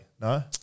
no